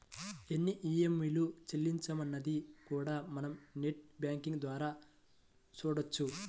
ఎన్ని ఈఎంఐలు చెల్లించామన్నది కూడా మనం నెట్ బ్యేంకింగ్ ద్వారా చూడొచ్చు